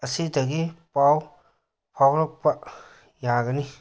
ꯑꯁꯤꯗꯒꯤ ꯄꯥꯎ ꯐꯥꯎꯔꯛꯄ ꯌꯥꯒꯅꯤ